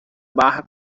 barra